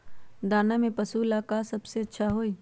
दाना में पशु के ले का सबसे अच्छा होई?